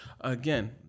Again